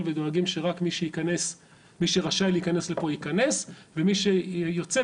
ודואגים שרק מי שרשאי להיכנס לפה יכנס ומי שיוצא,